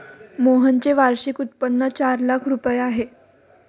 मोहनचे वार्षिक उत्पन्न चार लाख रुपये आहे